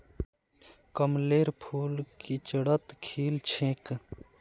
कमलेर फूल किचड़त खिल छेक